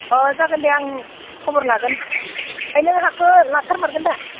अ जागोन दे आं खबर लागोन ओमफ्राय नों हाखो लाथारमारगोन दा